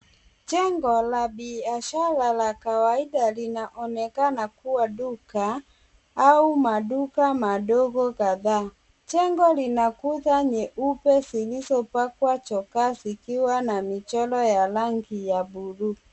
Jengo la biashara la kawaida linaonekana kuwa duka au maduka madogo kadhaa. Jengo lina kuta nyeupe zilizopakwa chokaa zikiwa na michoro ya rangi ya blue .